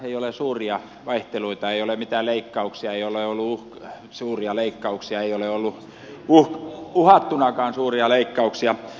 ei ole ollut suuria vaihteluita ei ole ollut mitään leikkauksia suuria leikkauksia ei ole ollut uhattunakaan suuria leikkauksia